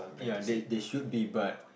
ya they they should be but